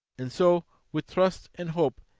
and so with trust and hope,